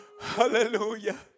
hallelujah